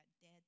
dead